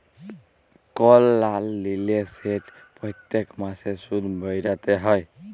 call লল লিলে সেট প্যত্তেক মাসে সুদ ভ্যইরতে হ্যয়